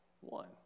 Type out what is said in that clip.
one